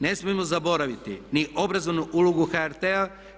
Ne smijemo zaboraviti niti obrazovnu ulogu HRT-a.